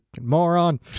moron